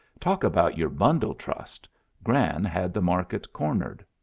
talk about your bundle trust gran had the market cornered.